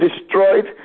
destroyed